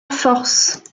force